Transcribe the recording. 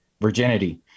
virginity